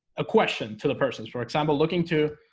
a question to the persons for example looking to